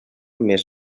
més